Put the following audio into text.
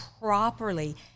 properly